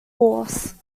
horse